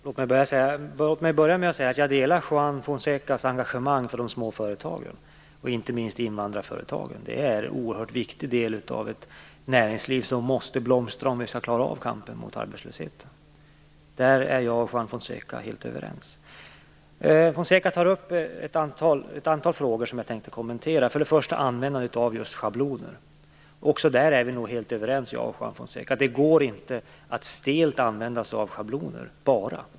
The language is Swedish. Fru talman! Låt mig börja med att säga att jag delar Juan Fonsecas engagemang för de små företagen och inte minst invandrarföretagen. De är en oerhört viktig del av ett näringsliv som måste blomstra om vi skall klara av kampen mot arbetslösheten. Där är jag och Juan Fonseca helt överens. Fonseca tar upp ett antal frågor som jag tänkte kommentera. Det gäller för det första användandet av just schabloner. Också där är vi nog helt överens. Det går inte att bara stelt använda sig av schabloner.